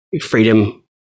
freedom